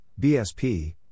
BSP